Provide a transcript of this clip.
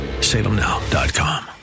salemnow.com